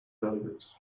delegates